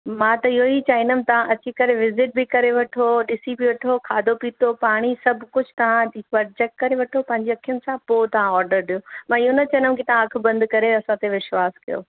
मां त इहो ई चाहींदमि तव्हां अची करे विज़िट बि करे वठो ॾिसी बि वठो खादो पीतो पाणी सभु कुझु तव्हां हिकु बार चैक करे वठो पंहिंजी अखियुनि सां पोइ तव्हां ऑर्डर ॾियो मां इहो न चवंदमि की तव्हां अख बंदि करे असां ते विश्वास कयो